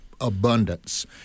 abundance